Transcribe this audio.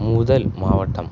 முதல் மாவட்டம்